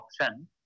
option